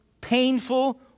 painful